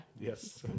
yes